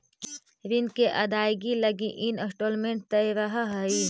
ऋण के अदायगी लगी इंस्टॉलमेंट तय रहऽ हई